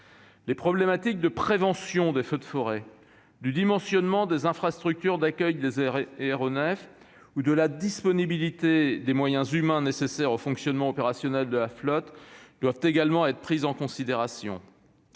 Les problématiques de prévention des feux de forêt, du dimensionnement des infrastructures d'accueil des aéronefs ou de la disponibilité des moyens humains nécessaires au fonctionnement opérationnel de la flotte doivent également être prises en considération.